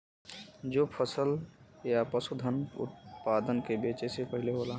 जो फसल या पसूधन उतपादन के बेचे के पहले होला